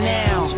now